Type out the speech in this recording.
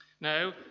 No